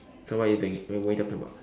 so what are you doing what are you talking about